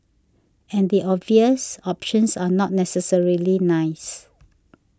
and the obvious options are not necessarily nice